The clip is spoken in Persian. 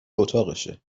اتاقشه